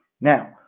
Now